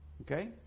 Okay